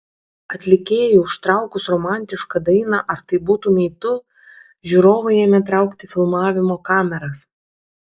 atlikėjui užtraukus romantišką dainą ar tai būtumei tu žiūrovai ėmė traukti filmavimo kameras